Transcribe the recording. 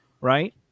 right